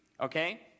okay